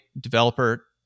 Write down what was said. developer